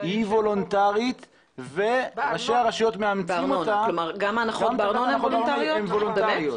גם ההנחות בארנונה הן וולונטריות?